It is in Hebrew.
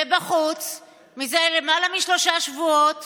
ובחוץ זה למעלה משלושה שבועות